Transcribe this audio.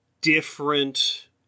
different